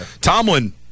Tomlin